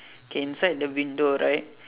k inside the window right